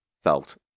felt